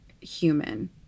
human